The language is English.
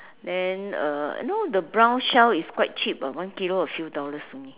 then uh you know the brown shell is quite cheap ah one kilo a few dollars only